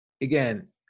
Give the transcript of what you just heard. again